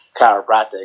chiropractic